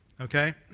Okay